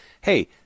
hey